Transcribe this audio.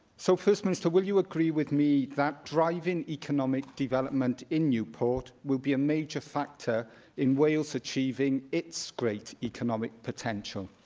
so, first minister, will you agree with me that driving economic development in newport will be a major factor in wales achieving its great economic potential?